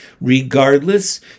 Regardless